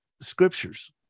scriptures